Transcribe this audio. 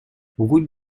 route